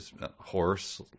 horse